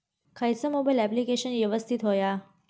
खयचा mobile application यवस्तित होया?